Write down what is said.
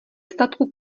statku